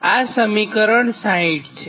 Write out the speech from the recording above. આ સમીકરણ 60 છે